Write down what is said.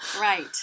Right